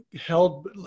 held